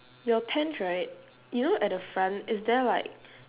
your tent right you know at the front is there like